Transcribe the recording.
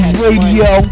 radio